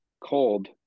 cold